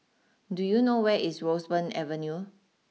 do you know where is Roseburn Avenue